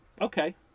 okay